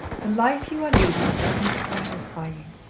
the life you are leading does not satisfy you.